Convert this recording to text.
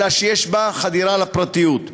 אלא שיש בה גם חדירה לפרטיות,